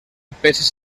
peces